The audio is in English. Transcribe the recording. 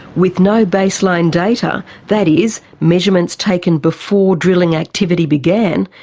with no baseline data that is, measurements taken before drilling activity began,